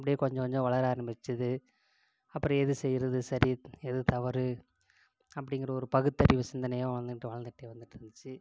அப்படியே கொஞ்சம் கொஞ்சம் வளர ஆரம்பிச்சிது அப்புறம் எது செய்யுறது சரி எது தவறு அப்டிங்கிற ஒரு பகுத்தறிவு சிந்தனையை வளர்ந்துட்டு வளர்ந்துட்டே வந்துகிட்டு இருந்துச்சு